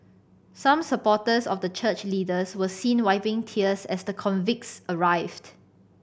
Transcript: some supporters of the church leaders were seen wiping tears as the convicts arrived